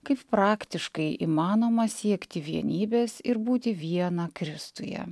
kaip praktiškai įmanoma siekti vienybės ir būti viena kristuje